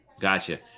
Gotcha